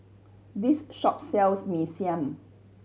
this shop sells Mee Siam